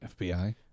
fbi